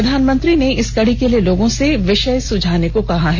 प्रधानमंत्री ने इस कडी के लिए लोगों से विषय सुझाने को कहा है